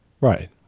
Right